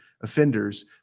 offenders